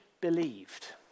believed